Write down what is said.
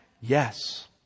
Yes